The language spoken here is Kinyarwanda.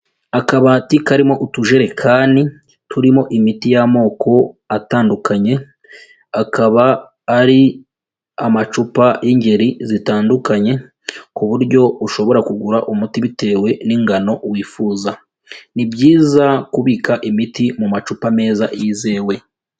Akabati karimo utujerekani turimo imiti y'amoko atandukanye, akaba ari amacupa y'ingeri zitandukanye ku buryo ushobora kugura umuti bitewe n'ingano wifuza. Ni byiza kubika imiti mu macupa meza, yizewe.